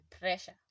pressure